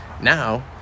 now